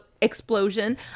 explosion